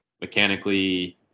mechanically